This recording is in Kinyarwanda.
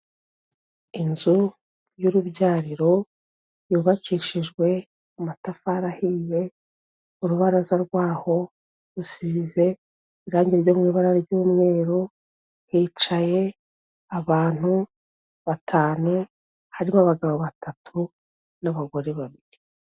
Inzu y'urubyariro yubakishijwe amatafari ahiye, urubaraza rwaho rusize irangie ryo mu ibara ry'umweru, hicaye abantu batanu harimo abagabo batatu n'abagore babiri.